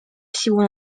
всего